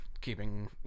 keeping